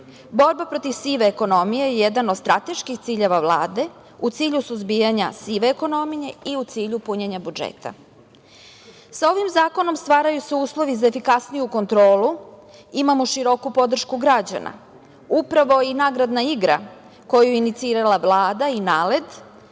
protiv sive ekonomije je jedan od strateških ciljeva Vlade u cilju suzbijanja sive ekonomije i u cilju punjena budžeta. Ovim zakonom stvaraju se uslovi za efikasniju kontrolu. Imamo široku podršku građana. Upravo i nagradna igra koju su inicirali Vlada i NALED